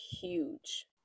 huge